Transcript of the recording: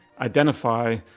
identify